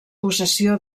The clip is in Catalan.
possessió